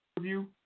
review